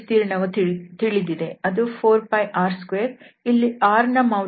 ಅದು 4πr2 ಇಲ್ಲಿ r ನ ಮೌಲ್ಯ 3 ಗೋಳದ ತ್ರಿಜ್ಯವು 3